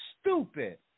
stupid